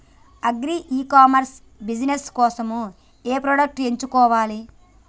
Agri e commerce business కోసము ఏ products ఎంచుకోవాలి?